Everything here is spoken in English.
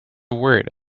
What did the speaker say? word